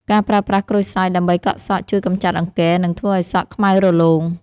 ការប្រើប្រាស់ក្រូចសើចដើម្បីកក់សក់ ជួយកម្ចាត់អង្គែ និងធ្វើឱ្យសក់ខ្មៅរលោង។